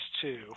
two